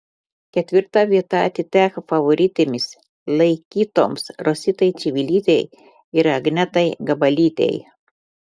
ketvirta vieta atiteko favoritėmis laikytoms rositai čivilytei ir agnetai gabalytei